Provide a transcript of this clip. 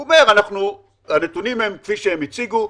הוא אומר: הנתונים הם כפי שהם הציגו.